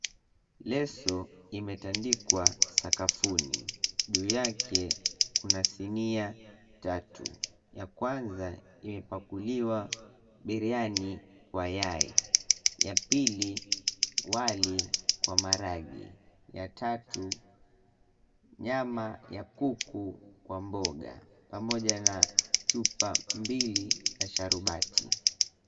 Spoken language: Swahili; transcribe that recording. Leso imetandikwa sakafuni. Juu yake kuna sinia tatu; ya kwanza imepakuliwa biriani kwa yai, ya pili wali kwa maharagwe, ya tatu nyama ya kuku kwa mboga pamoja na chupa mbili ya sharubati.